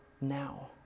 now